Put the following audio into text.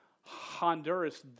Honduras